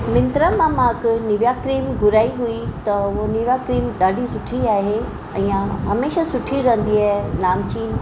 मिंत्रा मा मां हिक निविया क्रीम घुराई हुई त उहो निविया क्रीम ॾाढी सुठी आहे इहा हमेशह सुठी रहंदी आहे नामचीन